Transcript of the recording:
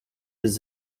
his